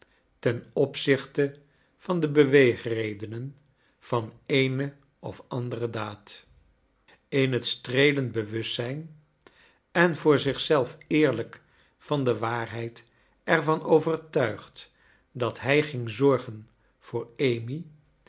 ten opzichte van de beweegredenen van eene of andere daacl in het streelend bewustzijn en voor zich zelf eerlijk van de waarheid er van overtuigd dat hij ging zorgen voor amy